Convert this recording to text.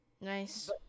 Nice